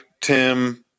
Tim